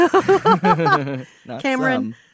Cameron